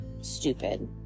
stupid